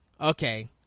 Okay